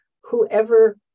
whoever